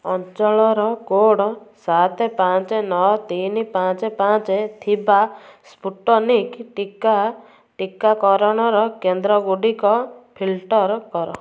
ଅଞ୍ଚଳ କୋଡ଼୍ ସାତ ପାଞ୍ଚ ନଅ ତିନି ପାଞ୍ଚ ପାଞ୍ଚ ଥିବା ସ୍ପୁଟନିକ୍ ଟିକା ଟିକାକରଣ କେନ୍ଦ୍ର ଗୁଡ଼ିକ ଫିଲ୍ଟର କର